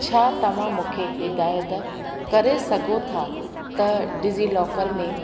छा तव्हां मूंखे हिदाइत करे सघो था त डिज़ीलॉकर में